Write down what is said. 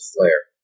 Flare